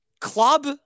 club